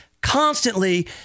constantly